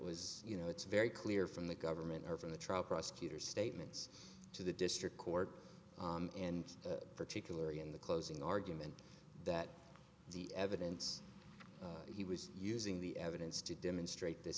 was you know it's very clear from the government or from the trial prosecutor statements to the district court and particularly in the closing argument that the evidence he was using the evidence to demonstrate th